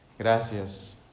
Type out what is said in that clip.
Gracias